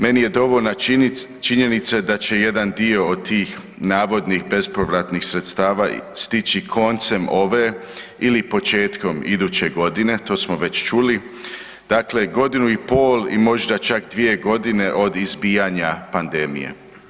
Meni je dovoljna činjenica da će jedan dio od tih navodnih bespovratnih sredstava stići koncem ove ili početkom iduće godine, to smo već čuli, dakle godinu i pol i možda čak 2 g. od izbijanja pandemije.